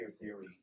theory